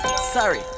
Sorry